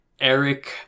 Eric